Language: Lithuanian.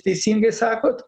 teisingai sakot